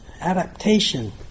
adaptation